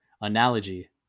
analogy